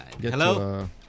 Hello